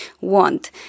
want